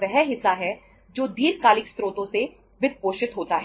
वह हिस्सा है जो दीर्घकालिक स्रोतों से वित्तपोषित होता है